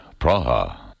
Praha